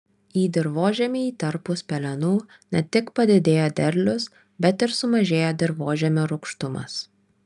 į dirvožemį įterpus pelenų ne tik padidėja derlius bet ir sumažėja dirvožemio rūgštumas